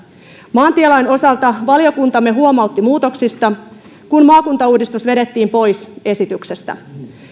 maantielain osalta valiokuntamme huomautti muutoksista kun maakuntauudistus vedettiin pois esityksestä